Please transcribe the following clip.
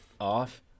off